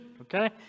Okay